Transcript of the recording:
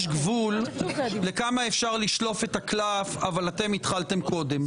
יש גבול לכמה אפשר לשלוף את הקלף אבל אתם התחלתם קודם.